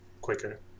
quicker